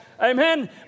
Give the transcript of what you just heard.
Amen